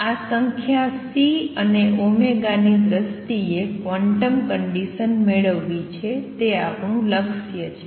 આ સંખ્યા C અને ની દ્રષ્ટિએ ક્વોન્ટમ કંડિસન મેળવવી છે અને તે આપણું લક્ષ્ય છે